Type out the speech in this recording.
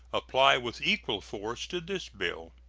apply with equal force to this bill.